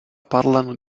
parlano